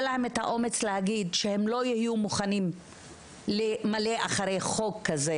האומץ להגיד שהם לא יהיו מוכנים למלא אחר חוק כזה,